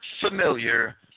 familiar